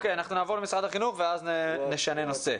נעבור למשרד החינוך ואז נשנה נושא.